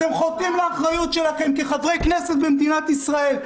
אתם חוטאים לאחריות שלכם כחברי כנסת במדינת ישראל,